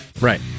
Right